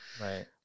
Right